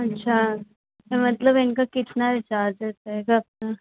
अच्छा मतलब इनका कितना चार्जेज रहेगा आपका